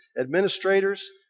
administrators